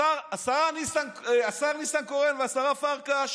השר ניסנקורן והשרה פרקש